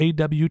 awt